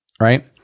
Right